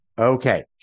okay